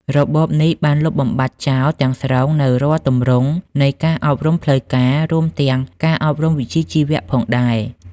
របបនេះបានលុបបំបាត់ចោលទាំងស្រុងនូវរាល់ទម្រង់នៃការអប់រំផ្លូវការ រួមទាំងការអប់រំវិជ្ជាជីវៈផងដែរ។